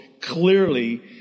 clearly